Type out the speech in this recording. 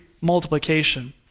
multiplication